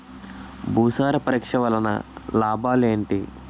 భూసార పరీక్ష వలన లాభాలు ఏంటి?